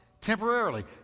temporarily